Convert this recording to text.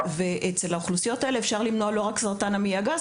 אצל האוכלוסיות האלו אפשר למנוע לא רק סרטן המעי הגס,